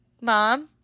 Mom